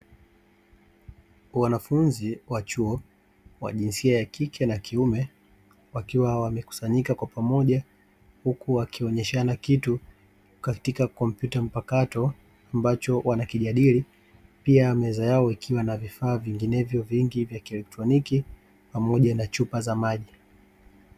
Wanafunzi wa chuo wa jinsia ya kike na ya kiume wakiwa wamekusanyika kwa pamoja, huku wakionyeshana kitu katika kompyuta mpakato ambacho wanakijadili, pia meza yao ikiwa na vifaa vingi vya kielektroniki pamoja na chupa za maji.